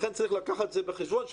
לכן צריך לקחת את זה בחשבון,